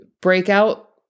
breakout